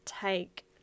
take